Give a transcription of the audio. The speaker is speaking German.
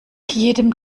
jedem